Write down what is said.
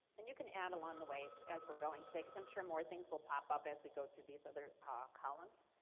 and you can add along the way as we're going today because i'm sure more things will pop up as we go through these other ah columns.